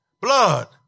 blood